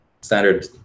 standard